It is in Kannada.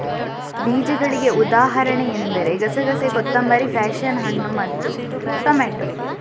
ಬೀಜಗಳಿಗೆ ಉದಾಹರಣೆ ಎಂದರೆ ಗಸೆಗಸೆ, ಕೊತ್ತಂಬರಿ, ಪ್ಯಾಶನ್ ಹಣ್ಣು, ಟೊಮೇಟೊ